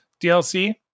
DLC